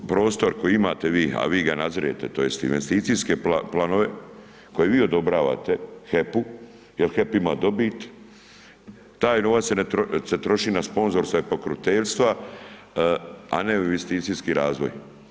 Zašto prostor ako imate vi, a vi ga nadzirete tj. investicijske planove koje vi odobravate HEP-u jer HEP ima dobit, taj novac se troši na sponzorstva i pokroviteljstva a ne u investicijski razvoj.